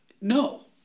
no